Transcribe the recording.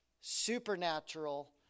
supernatural